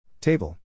Table